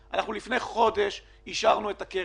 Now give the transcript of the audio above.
אנחנו צריכים להסיר את הקריטריונים